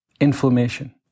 inflammation